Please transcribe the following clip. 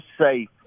safe